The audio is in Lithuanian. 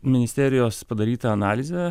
ministerijos padarytą analizę